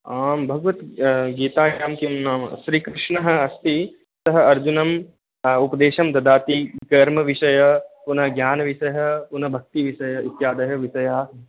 आम् भगवद्गीतायां किं नाम श्रीकृष्णः अस्ति सः अर्जुनम् उपदेशं ददाति कर्मविषय पुनः ज्ञानविषय पुनः भक्तिविषयः इत्यादयः विषयाः